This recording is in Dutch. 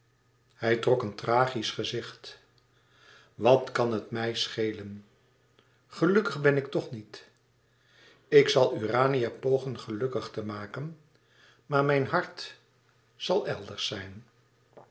hij trok een tragisch gezicht wat kan het mij schelen gelukkig ben ik toch niet ik zal urania pogen gelukkig te maken maar mijn hart zal elders zijn